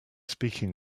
speaking